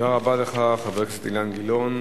תודה רבה לך, חבר הכנסת אילן גילאון.